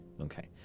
Okay